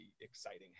exciting